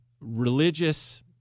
religious